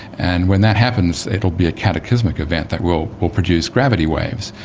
and when that happens it will be a cataclysmic event that will will produce gravity waves,